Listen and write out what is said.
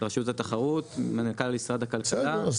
רשות התחרות, מנכ"ל משרד הכלכלה, בנק ישראל.